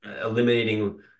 eliminating